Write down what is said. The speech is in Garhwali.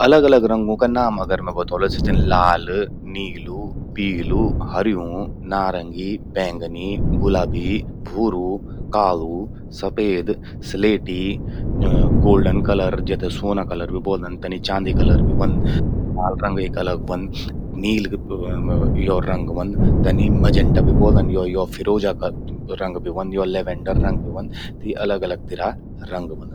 अलग अलग रंगों का नाम अगर मैं बतौलु त सि छिन लाल, नीलु, पीलू, हर्यूं, नारंगी, बैंगनी, गुलबी, भूरू, कालू, सफेद, स्लेटी, गोल्डन कलर जेते स्वोनू कलर भी ब्वोलदन। तनि चांदी कलर भि व्हंद, लाल रंग एक अलग व्हंद, नील यो रंग व्हंद। तनि मेजेंटा भी ब्वोलदन, यो फिरोजा रंग भी व्हंद। लेवेंडर रंग भी व्हंद। त यि अलग अलग तिरा रंग व्हंदन।